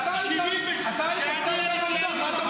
-- הוא עבדך הנאמן.